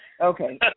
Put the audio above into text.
Okay